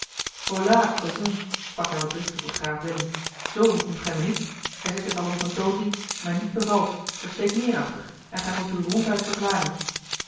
sprak hij wat driftig tot graaf willem zoo ontkomt gij mij niet gij zegt dit alles op een toon die mij a l g bosboom-toussaint de delftsche wonderdokter eel niet bevalt er steekt meer achter en gij moet u ronduit verklaren